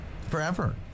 forever